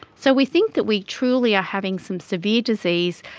so we think that we truly are having some severe disease,